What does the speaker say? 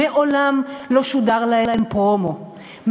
מעולם לא שודר להן פרומו,